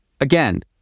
Again